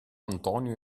antonio